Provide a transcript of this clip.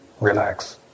relax